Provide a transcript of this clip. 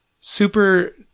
super